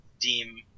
deem